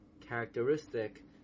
characteristic